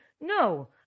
no